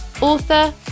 author